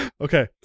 Okay